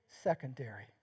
secondary